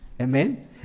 Amen